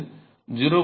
மேலும் இது 0